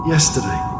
Yesterday